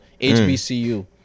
HBCU